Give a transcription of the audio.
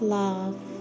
love